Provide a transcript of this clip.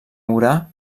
orà